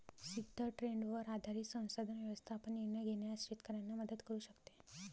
सिद्ध ट्रेंडवर आधारित संसाधन व्यवस्थापन निर्णय घेण्यास शेतकऱ्यांना मदत करू शकते